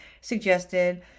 suggested